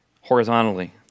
horizontally